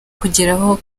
kugeraho